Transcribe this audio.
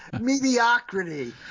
mediocrity